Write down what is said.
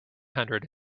hundred